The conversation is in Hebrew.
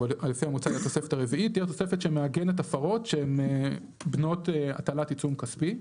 היא התוספת שמעגנת הפרות שהן בנות הטלת עיצום כספי.